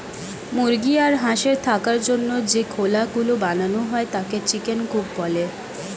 মুরগি আর হাঁসের থাকার জন্য যে খোলা গুলো বানানো হয় তাকে চিকেন কূপ বলে